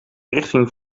richting